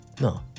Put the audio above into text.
no